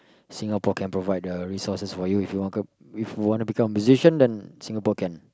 Singapore can provide the resources for you if you want to if you wanna become a musician then Singapore can